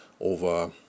over